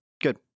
good